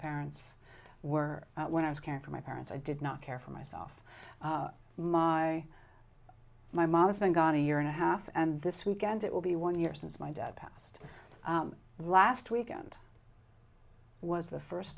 parents were when i was caring for my parents i did not care for myself my my mom has been gone a year and a half and this weekend it will be one year since my dad passed last weekend was the first